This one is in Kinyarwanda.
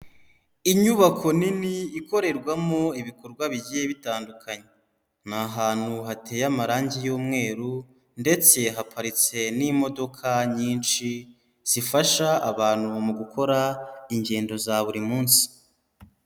Inyubako nini ikorerwamo ibikorwa bigiye bitandukanye, ni ahantu hateye amarangi y'umweru ndetse haparitse n'imodoka nyinshi zifasha abantu mu gukora ingendo za buri munsi.